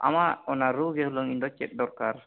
ᱟᱢᱟᱜ ᱚᱱᱟ ᱨᱩ ᱜᱮ ᱦᱩᱱᱟᱹᱝ ᱤᱧᱫᱚ ᱪᱮᱫ ᱫᱚᱨᱠᱟᱨ